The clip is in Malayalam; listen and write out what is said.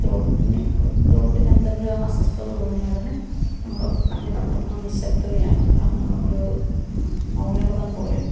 ത്രോട്ടിന് ത്രോട്ടിന് എന്തെങ്കിലും അസ്വസ്ഥത തോന്നിയാലുടനെ നമ്മൾ പിന്നെ പൂർണ്ണ നിശബ്തതയാണ് കാരണം നമ്മൾ മൗന വൃതം പോലെ